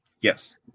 Yes